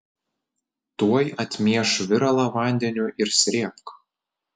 tuoj atmieš viralą vandeniu ir srėbk